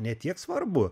ne tiek svarbu